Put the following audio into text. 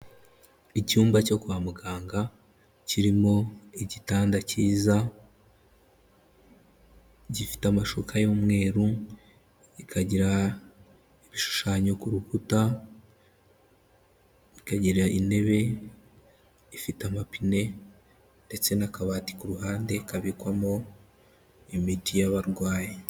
Icyumba cyo kwa muganga kirimo igitanda cyiza gifite amashuka y'umweru, ikagira ibishushanyo ku rukuta, ikagira intebe ifite amapine ndetse n'akabati ku ruhande kabikwamo imiti y'abarwayi.